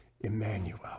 Emmanuel